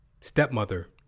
stepmother